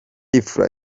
fla